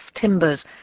timbers